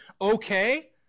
okay